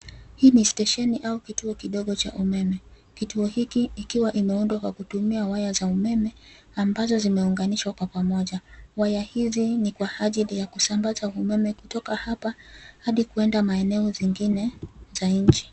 Hii ni stesheni au kituo kidogo cha umeme. Kituo hiki kikiwa kimeundwa kwa kutumia waya za umeme ambazo zimeunganishwa kwa pamoja. Waya hizi ni kwa ajili ya kusambaza umeme kutoka hapa hadi kwenda maeneo zingine za nchi.